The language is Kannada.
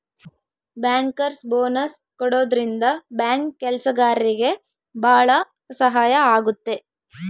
ಬ್ಯಾಂಕರ್ಸ್ ಬೋನಸ್ ಕೊಡೋದ್ರಿಂದ ಬ್ಯಾಂಕ್ ಕೆಲ್ಸಗಾರ್ರಿಗೆ ಭಾಳ ಸಹಾಯ ಆಗುತ್ತೆ